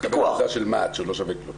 מקבל תעודה של מה"ט שהיא לא שווה כלום.